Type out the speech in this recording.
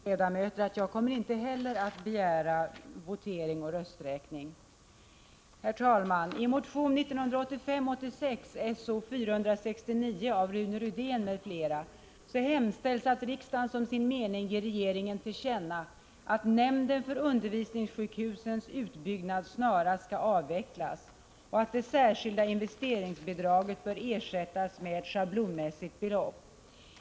Herr talman! Jag vill meddela kammarens ledamöter att inte heller jag kommer att begära votering. riksdagen som sin mening ger regeringen till känna att nämnden för undervisningssjukhusens utbyggnad snarast skall avvecklas och att det särskilda investeringsbidraget bör ersättas med ett schablonmässigt belopp.